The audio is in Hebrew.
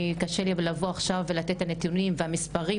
קשה לי לבוא עכשיו ולתת נתונים והמספרים